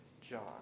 John